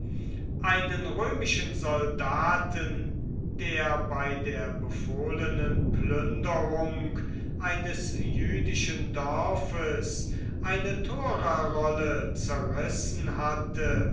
einen römischen soldaten der bei der befohlenen plünderung eines jüdischen dorfes eine thorarolle zerrissen hatte